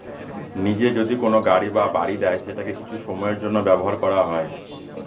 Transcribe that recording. নিজে যদি কোনো গাড়ি বা বাড়ি দেয় সেটাকে কিছু সময়ের জন্য ব্যবহার করা হয়